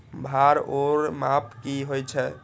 भार ओर माप की होय छै?